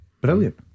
Brilliant